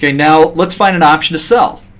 yeah now let's find an option to sell.